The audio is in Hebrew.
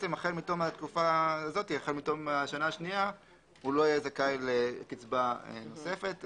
והחל מתום השנה השנייה לא יהיה זכאי לקצבה נוספת.